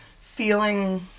feeling